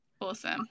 Awesome